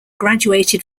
graduated